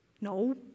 No